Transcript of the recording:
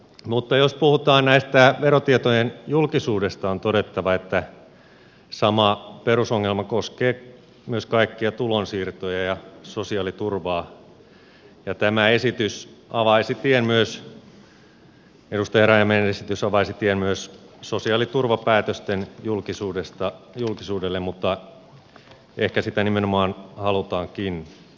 mutta jos puhutaan tästä verotietojen julkisuudesta on todettava että sama perusongelma koskee myös kaikkia tulonsiirtoja ja sosiaaliturvaa ja tämä edustaja rajamäen esitys avaisi tien myös sosiaaliturvapäätösten julkisuudelle mutta ehkä sitä nimenomaan halutaankin en tiedä